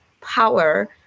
power